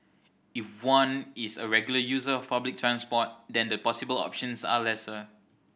if one is a regular user of public transport then the possible options are lesser